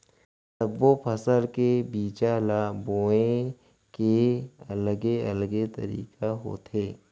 सब्बो फसल के बीजा ल बोए के अलगे अलगे तरीका होथे